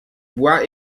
bois